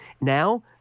Now